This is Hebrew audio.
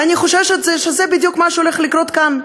ואני חוששת שזה בדיוק מה שהולך לקרות כאן.